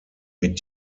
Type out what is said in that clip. mit